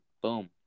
Boom